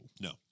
No